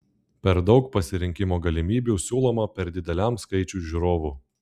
per daug pasirinkimo galimybių siūloma per dideliam skaičiui žiūrovų